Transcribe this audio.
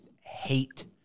hate